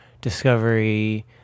Discovery